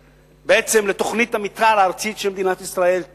בעצם היא שמה קץ לתוכנית המיתאר הארצית של מדינת ישראל,